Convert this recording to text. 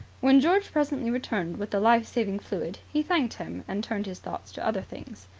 when george presently returned with the life-saving fluid, he thanked him and turned his thoughts to other things.